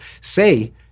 say